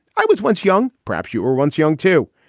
i was once young. perhaps you were once young, too.